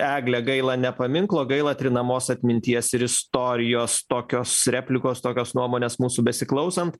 eglė gaila ne paminklo gaila trinamos atminties ir istorijos tokios replikos tokios nuomonės mūsų besiklausant